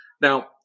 Now